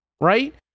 right